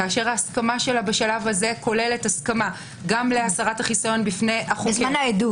כשהסכמתה בשלב זה כוללת הסכמה גם להסרת החיסיון- -- בעדות